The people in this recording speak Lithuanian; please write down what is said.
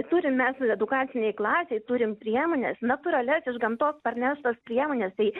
turim mes edukacinėj klasėj turim priemones natūralias iš gamtos parneštas priemones tai